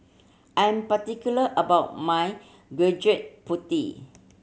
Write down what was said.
I'm particular about my Gudeg Putih